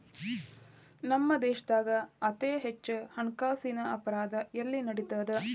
ನಮ್ಮ ದೇಶ್ದಾಗ ಅತೇ ಹೆಚ್ಚ ಹಣ್ಕಾಸಿನ್ ಅಪರಾಧಾ ಎಲ್ಲಿ ನಡಿತದ?